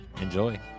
Enjoy